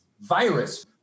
virus